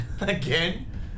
again